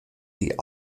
die